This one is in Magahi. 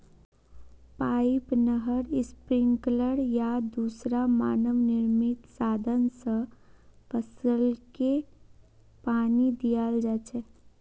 पाइप, नहर, स्प्रिंकलर या दूसरा मानव निर्मित साधन स फसलके पानी दियाल जा छेक